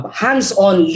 hands-on